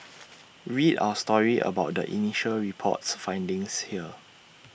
read our story about the initial report's findings here